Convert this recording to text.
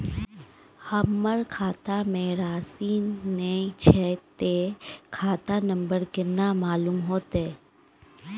हमरा खाता में राशि ने छै ते खाता नंबर केना मालूम होते?